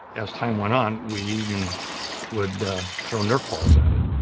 as time went on, we even would throw nerf balls at it.